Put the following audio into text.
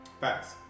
Facts